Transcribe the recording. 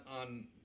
on